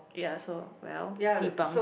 ya so well debunked